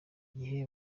gihe